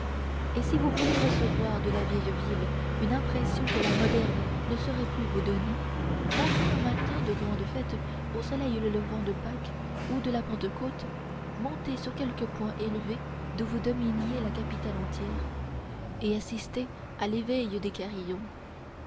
et si vous voulez recevoir de la vieille ville une impression que la moderne ne saurait plus vous donner montez un matin de grande fête au soleil levant de pâques ou de la pentecôte montez sur quelque point élevé d'où vous dominiez la capitale entière et assistez à l'éveil des carillons